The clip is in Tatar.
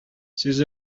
сүз